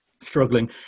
struggling